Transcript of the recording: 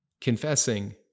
confessing